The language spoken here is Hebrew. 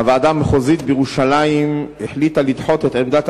הוועדה המחוזית בירושלים החליטה לדחות את עמדת